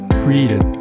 created